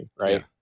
right